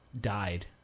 died